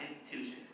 institution